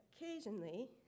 Occasionally